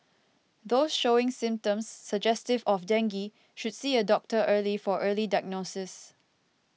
those showing symptoms suggestive of dengue should see a doctor early for early diagnosis